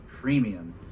Premium